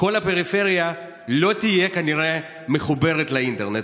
כל הפריפריה לא תהיה כנראה מחוברת לאינטרנט,